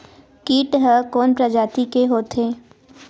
कीट ह कोन प्रजाति के होथे?